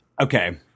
Okay